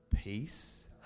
Peace